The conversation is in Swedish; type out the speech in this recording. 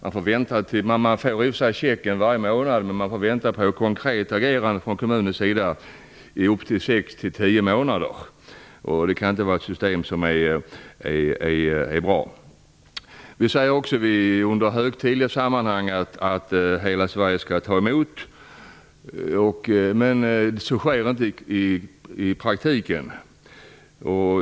De får i och för sig sin check varje månad, men de får vänta på ett konkret agerande från kommunens sida i upp till sex till tio månader. Det kan inte vara ett bra system. Under högtidliga sammanhang säger vi att hela Sverige skall ta emot flyktingar. Så sker inte i praktiken.